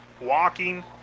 walking